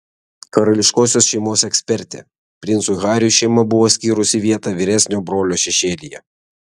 karališkosios šeimos ekspertė princui hariui šeima buvo skyrusi vietą vyresnio brolio šešėlyje